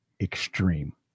extreme